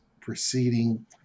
proceeding